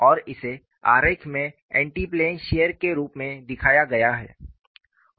और इसे आरेख में एंटी प्लेन शियर के रूप में दिखाया गया है